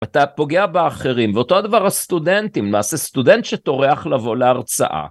ואתה פוגע באחרים, ואותו דבר הסטודנטים, נעשה סטודנט שטורח לבוא להרצאה.